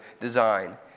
design